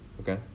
Okay